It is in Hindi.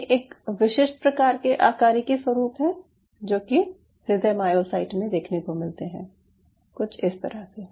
ये एक विशिष्ट प्रकार के आकारिकी स्वरुप होते हैं जो कि हृदय मायोसाइट्स में देखने को मिलते हैं कुछ इस तरह से